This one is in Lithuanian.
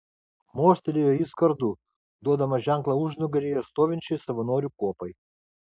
mostelėjo jis kardu duodamas ženklą užnugaryje stovinčiai savanorių kuopai